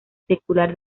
secular